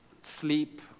sleep